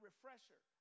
refresher